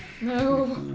No